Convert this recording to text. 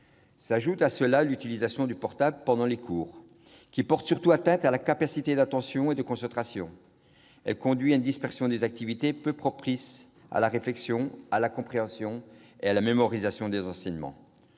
ailleurs, l'utilisation du portable pendant les cours porte atteinte à la capacité d'attention et de concentration des élèves. Elle conduit à une dispersion peu propice à la réflexion, à la compréhension et à la mémorisation des enseignements.